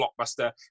blockbuster